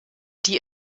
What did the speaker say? die